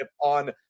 on